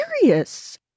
serious